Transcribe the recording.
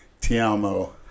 Tiamo